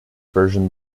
version